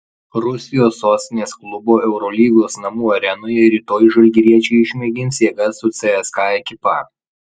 rusijos sostinės klubo eurolygos namų arenoje rytoj žalgiriečiai išmėgins jėgas su cska ekipa